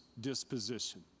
disposition